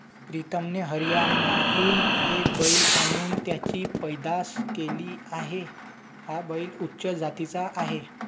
प्रीतमने हरियाणातून एक बैल आणून त्याची पैदास केली आहे, हा बैल उच्च जातीचा आहे